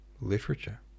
literature